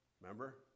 Remember